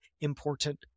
important